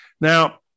Now